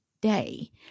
day